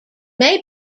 may